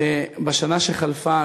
שבשנה שחלפה,